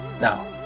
now